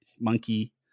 monkey